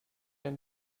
ein